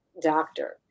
doctor